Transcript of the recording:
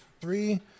three